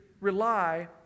rely